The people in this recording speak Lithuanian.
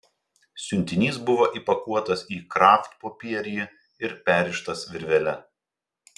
siuntinys buvo įpakuotas į kraftpopierį ir perrištas virvele